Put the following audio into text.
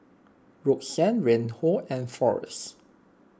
Roxann Reinhold and forrest